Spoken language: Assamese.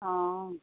অঁ